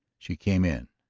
she came in,